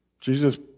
Jesus